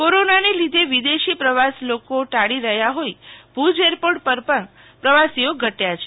કોરોનાના લીધે વિદેશી પ્રવાસ લોકો ટાળી રહ્યા હોઈ ભુજ એરપોર્ટ પર પ્રવાસીઓ ઘટ્યા છે